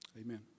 Amen